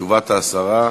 תשובת השרה,